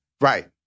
Right